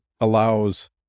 allows